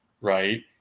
right